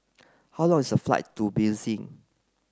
how long is a flight to Belize